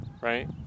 right